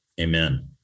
Amen